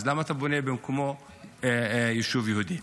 אז למה אתה בונה במקומו יישוב יהודי?